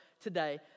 today